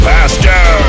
Pastor